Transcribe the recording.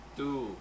two